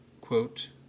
quote